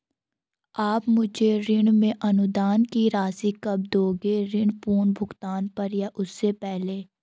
आप मुझे ऋण में अनुदान की राशि कब दोगे ऋण पूर्ण भुगतान पर या उससे पहले?